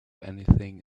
anything